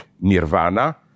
nirvana